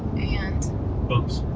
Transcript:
and bumps.